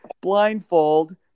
blindfold